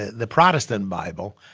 the protestant bible,